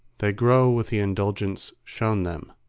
they grow with the indulgence shown them,